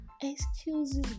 Excuses